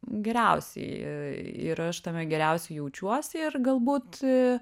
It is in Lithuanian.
geriausiai ir ir aš tame geriausiai jaučiuosi ir galbūt